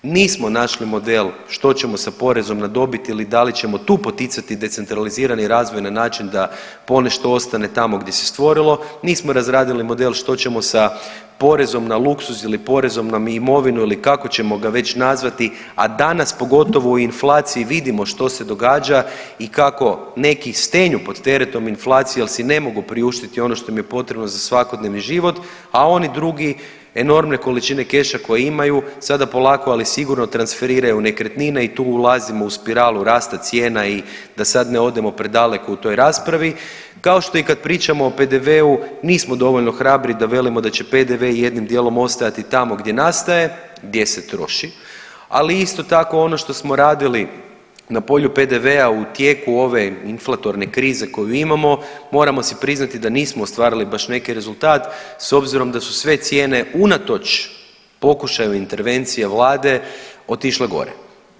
Nismo našli model što ćemo sa porezom na dobit ili da li ćemo tu poticati decentralizirane i razvoj na način da ponešto ostane tamo gdje se stvorilo, nismo razradili model što ćemo sa porezom na luksuz ili porezom na imovinu ili kako ćemo ga već nazvati, a danas, pogotovo u inflaciji vidimo što se događa i kako neki stenju pod teretom inflacije jer si ne mogu priuštiti ono što im je potrebno za svakodnevni život, a oni drugi enormne količine keša koje imaju, sada polako, ali sigurno transferiraju u nekretnine i tu ulazimo u spiralu rasta cijena i da sad ne odemo predaleko u toj raspravi, kao što je i kad pričamo o PDV-u, nismo dovoljno hrabri da velimo da će PDV i jednim dijelom ostajati tamo gdje nastaje, gdje se troši, ali isto tako ono što smo radili na polju PDV-a u tijeku ove inflatorne krize koju imamo, moramo si priznati da nismo ostvarili baš neki rezultat s obzirom da su sve cijene unatoč pokušaju intervencije Vlade otišle godine.